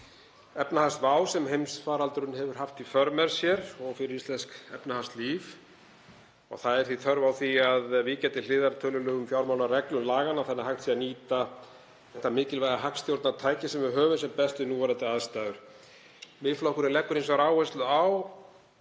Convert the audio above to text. efnahagsvá sem heimsfaraldurinn hefur haft í för með sér fyrir íslenskt efnahagslíf. Það er því þörf á því að víkja til hliðar tölulegum fjármálareglum laganna þannig að hægt sé að nýta þetta mikilvæga hagstjórnartæki sem við höfum sem best við núverandi aðstæður. Miðflokkurinn leggur hins vegar áherslu á